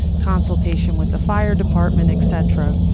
consultation with the fire department, et cetera.